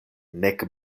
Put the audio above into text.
nek